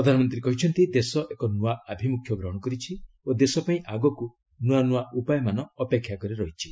ପ୍ରଧାନମନ୍ତ୍ରୀ କହିଛନ୍ତି ଦେଶ ଏକ ନୂଆ ଆଭିମୁଖ୍ୟ ଗ୍ରହଣ କରିଛି ଓ ଦେଶପାଇଁ ଆଗକୁ ନୂଆ ନୂଆ ଉପାୟମାନ ଅପେକ୍ଷା କରି ରହିଛି